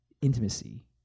Intimacy